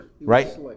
Right